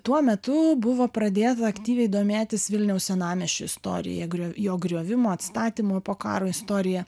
tuo metu buvo pradėję aktyviai domėtis vilniaus senamiesčio istoriją grio jo griovimo atstatymo po karo istorija